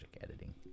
editing